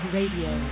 Radio